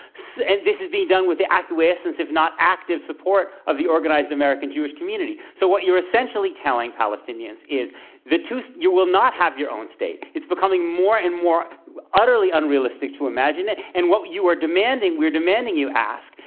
so and this is being done with the acquiescence, if not active support, of the organized american jewish community. so, what you're essentially telling palestinians is the so you will not have your own state. it's becoming more and more utterly unrealistic to imagine it. and what you are demanding, we're demanding you ask,